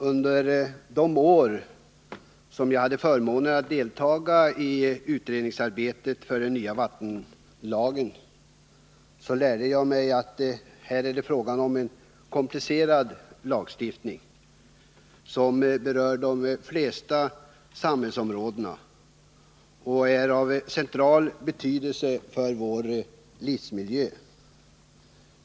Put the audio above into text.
Under de år då jag hade förmånen att deltaga i utredningsarbetet inför den nya vattenlagen lärde jag mig att det här är fråga om en komplicerad lagstiftning, som berör de flesta samhällsområden och är av central betydelse för vår livsmiljö.